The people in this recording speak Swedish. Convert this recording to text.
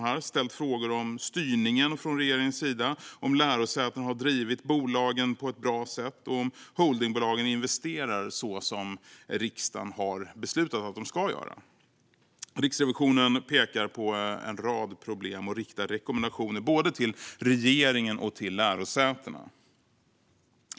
Den har ställt frågor om styrningen från regeringens sida, om lärosätena har drivit bolagen på ett bra sätt och om holdingbolagen investerar så som riksdagen har beslutat att de ska göra. Riksrevisionen pekar på en rad problem och riktar rekommendationer både till regeringen och till lärosätena.